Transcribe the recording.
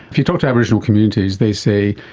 if you talk to aboriginal communities, they say,